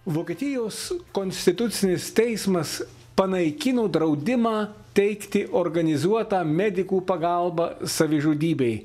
vokietijos konstitucinis teismas panaikino draudimą teikti organizuotą medikų pagalbą savižudybei